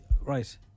Right